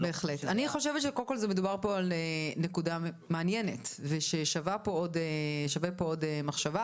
מדובר פה על נקודה מעניינת ששווה מחשבה.